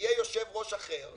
יהיה יושב-ראש אחר,